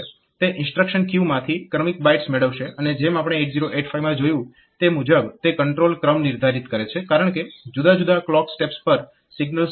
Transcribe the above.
તે instruction queue માંથી ક્રમિક બાઇટ્સ મેળવશે અને જેમ આપણે 8085 માં જોયું તે મુજબ તે કંટ્રોલ ક્રમ નિર્ધારિત કરે છે કારણકે જુદા જુદા ક્લોક સ્ટેપ્સ પર સિગ્નલ્સ જનરેટ કરવાના હોય છે